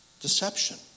Deception